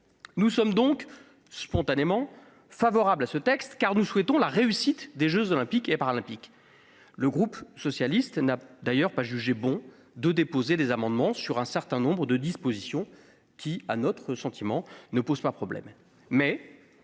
Nous sommes donc spontanément favorables à ce texte, car nous souhaitons la réussite des jeux Olympiques et Paralympiques. Le groupe socialiste n'a d'ailleurs pas jugé bon de déposer des amendements sur un certain nombre de dispositions, qui ne posent pas problème.